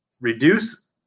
Reduce